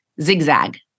zigzag